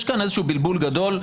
יש כאן איזשהו בלבול גדול,